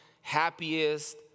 happiest